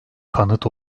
kanıt